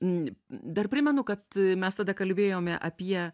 n dar primenu kad mes tada kalbėjome apie